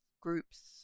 groups